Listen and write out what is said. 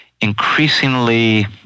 increasingly